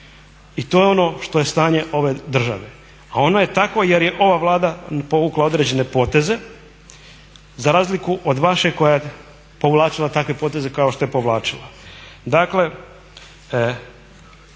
i to je ono što je stanje ove države, a ono je takvo jer je ova Vlada povukla određene poteze za razliku od vaše koja je povlačila takve poteze kao što je povlačila. Dakle